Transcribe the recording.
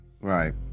Right